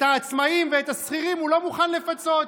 את העצמאים ואת השכירים הוא לא מוכן לפצות.